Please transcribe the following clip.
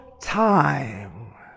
time